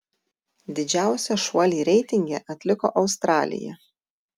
didžiausią šuolį reitinge atliko australija